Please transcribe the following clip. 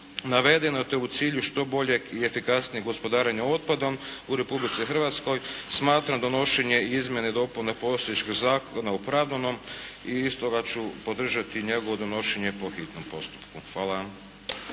navedeno, te u cilju što boljeg i efikasnijeg gospodarenja otpadom u Republici Hrvatskoj smatram donošenje izmjene i dopune postojećeg zakona opravdanim i stoga ću podržati njegovo donošenje po hitnom postupku. Hvala.